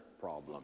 problem